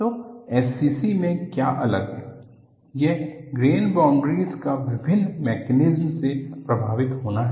तो SCC में क्या अलग है यह ग्रेन बाउंड्रीस का विभिन्न मैकेनिज्मस से प्रभावित होना है